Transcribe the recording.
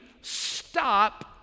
stop